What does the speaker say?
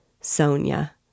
Sonia